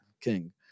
king